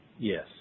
Yes